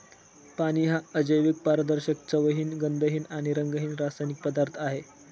पाणी हा अजैविक, पारदर्शक, चवहीन, गंधहीन आणि रंगहीन रासायनिक पदार्थ आहे